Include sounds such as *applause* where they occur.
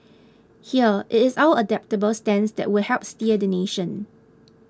here it is our adaptable stance that will help *noise* steer the nation